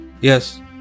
Yes